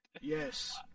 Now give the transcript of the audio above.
Yes